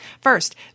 First